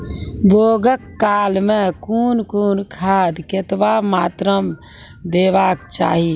बौगक काल मे कून कून खाद केतबा मात्राम देबाक चाही?